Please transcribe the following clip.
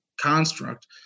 construct